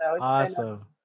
Awesome